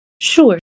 Sure